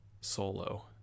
solo